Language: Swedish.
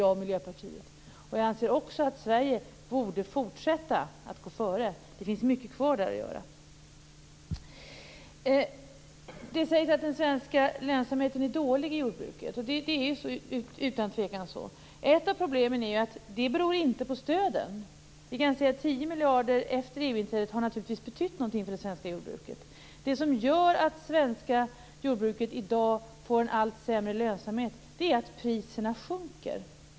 Jag anser också att Sverige borde fortsätta att gå före. Det finns mycket kvar att göra. Det sägs att lönsamheten är dålig i det svenska jordbruket. Det är utan tvivel så. Ett av problemen beror inte på stöden. De 10 miljarder som betalats ut efter EU-inträdet har naturligtvis betytt någonting för det svenska jordbruket. Det som gör att det svenska jordbruket i dag får en allt sämre lönsamhet är att priserna sjunker.